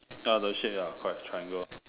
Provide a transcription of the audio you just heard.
ya the shape ya correct triangle